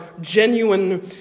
genuine